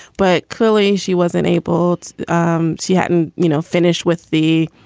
but clearly, she wasn't able to. um she hadn't, you know, finished with the.